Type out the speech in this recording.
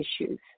issues